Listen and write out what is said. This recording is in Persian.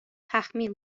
تخمیر